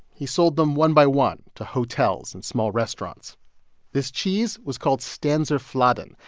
he sold them one by one to hotels and small restaurants this cheese was called stanser flada,